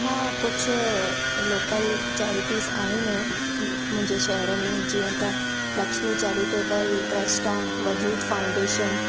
हा कुझु local charities आहिनि मुंहिंजे शहर में जीअं त लक्ष्मी चेरिटेबल ट्रस्ट आहे वजूद फाउंडेशन